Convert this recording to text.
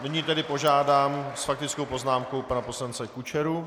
Nyní tedy požádám s faktickou poznámkou pana poslance Kučeru.